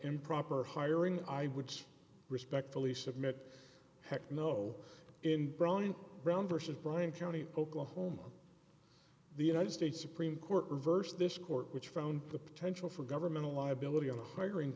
improper hiring i would respectfully submit heck no in brown and brown versus bryan county oklahoma the united states supreme court reversed this court which found the potential for governmental liability on the hiring